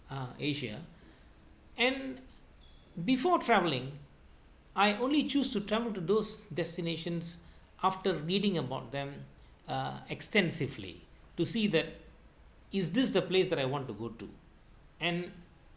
uh asia and before travelling I only choose to travel to those destinations after reading about them uh extensively to see that is this the place that I want to go to and